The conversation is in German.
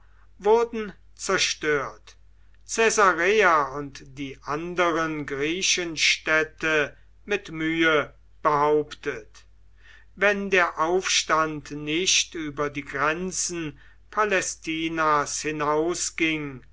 wurden zerstört caesarea und die anderen griechenstädte mit mühe behauptet wenn der aufstand nicht über die grenzen palästinas